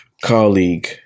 colleague